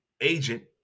agent